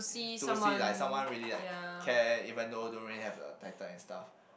towards it like someone really like care even though don't really have the title and stuff